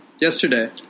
Yesterday